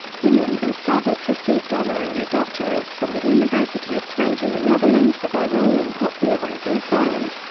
hyneman and savage received honorary doctorates from the university of twente in the netherlands for their role in popularizing science,